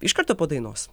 iš karto po dainos